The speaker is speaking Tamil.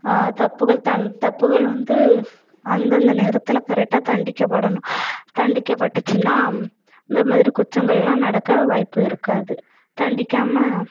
தப்புகள் வந்து அந்தந்த நேரத்தில் கரெக்டாக தண்டிக்கப்படணும் தண்டிக்கப்பட்டுச்சின்னால் இந்த மாதிரி குற்றங்களெலாம் நடக்க வாய்ப்பு இருக்காது தண்டிக்காமல்